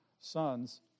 sons